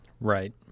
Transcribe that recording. Right